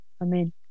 Amen